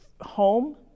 home